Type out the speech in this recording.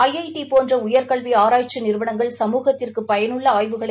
I I T போன்ற உயர்கல்வி ஆராய்ச்சி நிறுவனங்கள் சமூகத்திற்கு பயனுள்ள ஆய்வுகளை